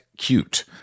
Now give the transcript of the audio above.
Cute